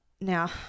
now